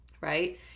right